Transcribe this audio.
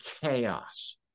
chaos